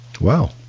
wow